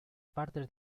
partes